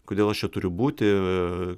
kodėl aš čia turiu būti aaa